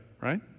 right